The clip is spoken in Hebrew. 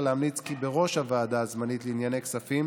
להמליץ כי בראש הוועדה הזמנית לענייני כספים